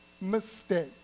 mistake